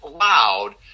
loud